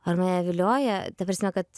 ar nevilioja ta prasme kad